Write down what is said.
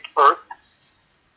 earth